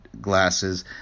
glasses